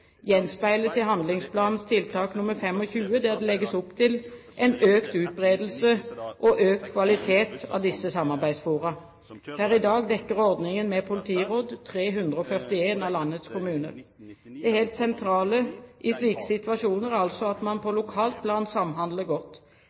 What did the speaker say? gjenspeiles i handlingsplanens tiltak nr. 25, der det legges opp til økt utbredelse av og økt kvalitet på disse samarbeidsfora. Per i dag dekker ordningen med politiråd 341 av landets kommuner. Det helt sentrale i slike situasjoner er altså at man på lokalt plan samhandler godt.